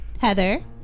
Heather